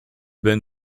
been